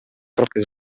troppe